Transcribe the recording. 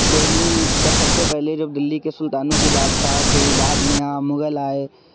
دہلی پر سب سے پہلے جب دلی کے سلطانوں کی بادشاہت ہوئی بعد میں یہاں مغل آئے